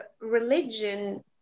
religion